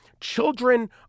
children